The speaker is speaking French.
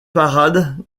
parade